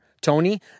Tony